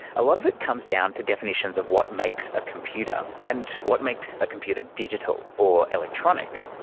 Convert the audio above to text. a lot of it comes down to definitions of what makes a computer um and what makes a computer digital or electronic.